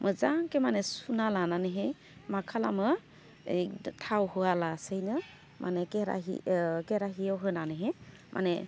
मोजांखे माने सुना लानानैहै मा खालामो थाव होआलासेनो माने खेराहि खेराहियाव होनानैहे माने